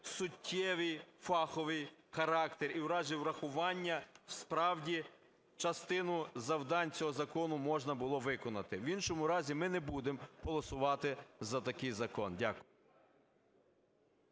суттєвий фаховий характер, і в разі врахування справді частину завдань цього закону можна було виконати. В іншому разі ми не будемо голосувати за такий закон. Дякую.